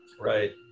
Right